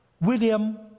William